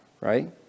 right